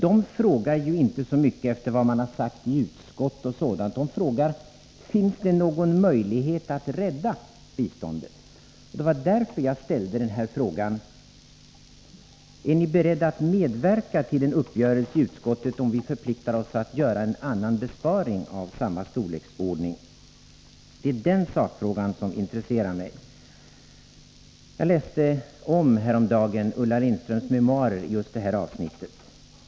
De frågar inte så mycket efter vad man har sagt i utskott och sådant, utan de frågar: Finns det någon möjlighet att rädda biståndet? Det var därför jag ställde frågan om ni var beredda att medverka till en uppgörelse i utskottet, om vi förpliktar oss att göra en annan besparing av samma storleksordning. Det är den frågan som intresserar mig. Jag läste just det här avsnittet ur Ulla Lindströms memoarer ytterligare en gång häromdagen.